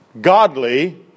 godly